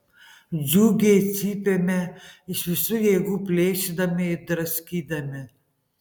džiugiai cypėme iš visų jėgų plėšydami ir draskydami